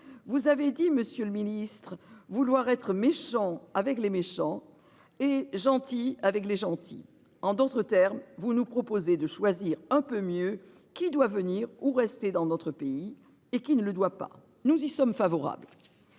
Vous avez dit monsieur le Ministre, vouloir être méchants avec les méchants et gentils avec les gentils. En d'autres termes vous nous proposez de choisir un peu mieux qui doit venir ou rester dans notre pays et qu'il ne le doit pas nous y sommes favorables.